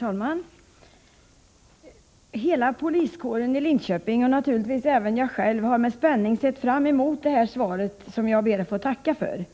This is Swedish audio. Herr talman! Hela poliskåren i Linköping och naturligtvis även jag själv har med spänning sett fram mot detta svar, som jag ber att få tacka för.